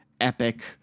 epic